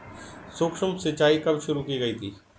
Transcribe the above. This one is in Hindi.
सूक्ष्म सिंचाई कब शुरू की गई थी?